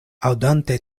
aŭdante